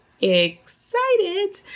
excited